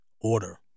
order